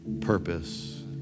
purpose